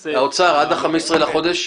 ננסה --- האוצר, עד ה-15 לחודש?